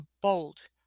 bold